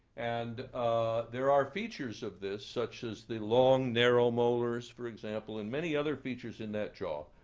and there are features of this, such as the long, narrow molars, for example, and many other features in that jaw,